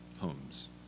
homes